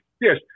yes